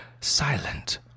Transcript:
silent